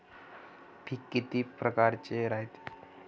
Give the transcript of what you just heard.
पिकं किती परकारचे रायते?